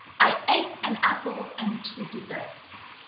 i ate an apple and two desserts.